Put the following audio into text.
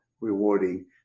rewarding